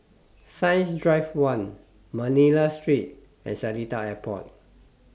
Science Drive one Manila Street and Seletar Airport